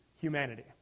humanity